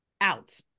out